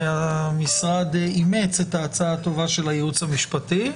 המשרד אימץ את ההצעה הטובה של הייעוץ המשפטי.